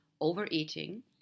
overeating